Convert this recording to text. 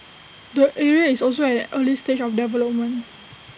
the area is also at an early stage of development